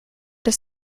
des